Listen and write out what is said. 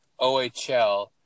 OHL